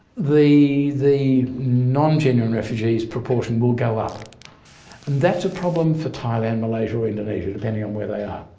the the non-genuine refugees proportion will go up and that's a problem for thailand, malaysia or indonesia depending on where they are.